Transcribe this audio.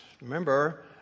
Remember